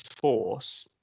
force